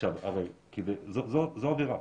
זו עבירה,